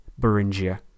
Beringia